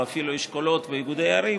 או אפילו אשכולות ואיגודי ערים